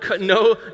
no